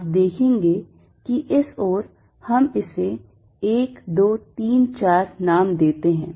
आप देखेंगे कि इस ओर हम इसे 1 2 3 4 नाम देते हैं